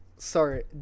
Sorry